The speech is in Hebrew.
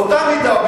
באותה מידה.